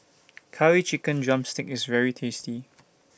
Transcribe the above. Curry Chicken Drumstick IS very tasty